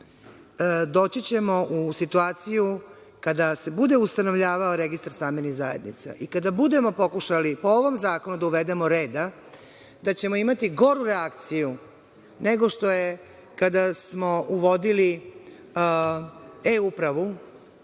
doći ćemo u situaciju kada se bude ustanovljavao registar stambenih zajednica i kada budemo pokušali po ovom zakonu da uvedemo reda, da ćemo imati goru reakciju nego što je kada smo uvodili e-upravu,